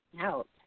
out